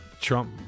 Trump